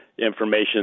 information